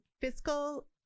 fiscal